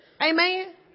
Amen